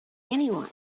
anyone